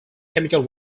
chemical